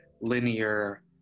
linear